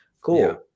cool